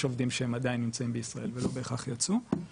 עובדים שהם עדיין נמצאים בישראל ולא בהכרח יצאו.